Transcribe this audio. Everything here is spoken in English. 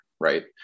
right